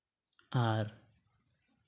ᱟᱨ